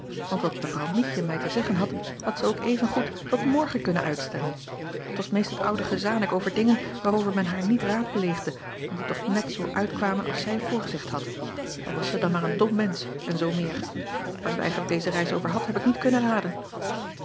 ant wat evrouw ietje mij te zeggen had had zij ook evengoed tot morgen kunnen uitstellen en t was meest het oude gezanik over dingen waarover men haar niet raadpleegde en die toch net zoo uitkwamen als zij voorzegd had al was zij dan maar een dom mensch en zoo meer waar zij t eigentlijk deze reis over had heb ik niet kunnen raden